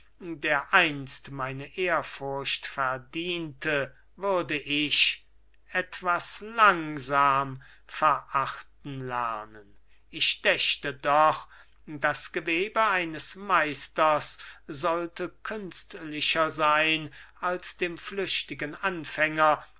der einst meine ehrfurcht verdiente würde ich etwas langsam verachten lernen ich dächte doch das gewebe eines meisters sollte künstlicher sein als dem flüchtigen anfänger